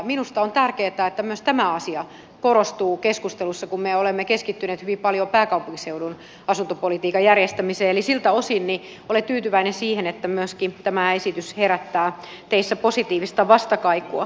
minusta on tärkeätä että myös tämä asia korostuu keskustelussa kun me olemme keskittyneet hyvin paljon pääkaupunkiseudun asuntopolitiikan järjestämiseen eli siltä osin olen tyytyväinen siihen että myöskin tämä esitys herättää teissä positiivista vastakaikua